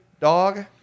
dog